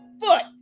foot